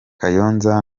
kayonza